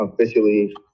officially